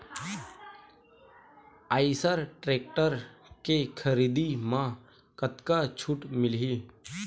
Eicher tractor के खरीदी म कतका छूट मिलही?